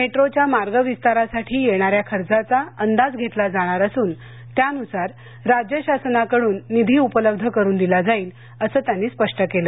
मेट्रोच्या मार्ग विस्तारासाठी येणाऱ्या खर्चाचा अंदाज घेतला जाणार असून त्यानुसार राज्य शासनाकडून तो निधी उपलब्ध करून दिला जाईल असं त्यांनी स्पष्ट केलं